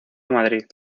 madrid